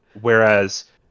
Whereas